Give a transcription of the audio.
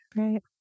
right